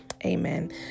Amen